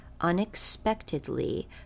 unexpectedly